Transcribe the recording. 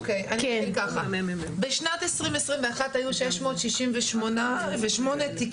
אוקי, אני אתחיל ככה: בשנת 2021 היו 668 תיקים